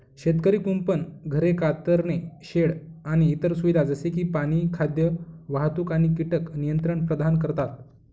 शेतकरी कुंपण, घरे, कातरणे शेड आणि इतर सुविधा जसे की पाणी, खाद्य, वाहतूक आणि कीटक नियंत्रण प्रदान करतात